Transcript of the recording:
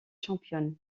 championne